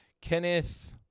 Kenneth